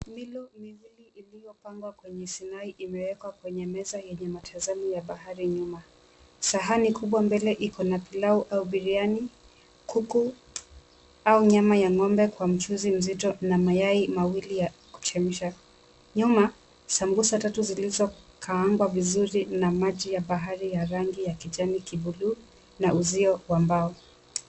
Milo miwili iliyopangwa kwenye sinai imeekwa kwenye meza yenye matazamo ya bahari nyuma. Sahani kubwa mbele iko na pilau au biriani, kuku au nyama ya ng'ombe kwa mchuzi mzito na mayai mawili ya kuchemsha. Nyuma, sambusa tatu zilizokaangwa vizuri na maji ya bahari ya rangi ya kijani kibuluu na uzio wa mbao.